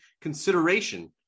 consideration